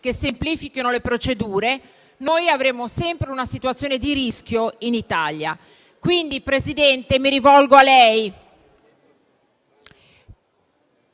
che semplifichino le procedure, avremo sempre una situazione di rischio in Italia. Presidente, mi rivolgo a lei,